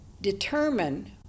determine